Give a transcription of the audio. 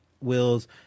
Wills